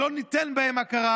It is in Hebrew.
שלא ניתן להם הכרה,